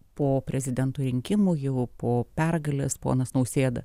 po prezidento rinkimų jau po pergalės ponas nausėda